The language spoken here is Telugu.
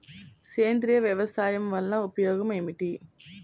సేంద్రీయ వ్యవసాయం వల్ల ఉపయోగం ఏమిటి?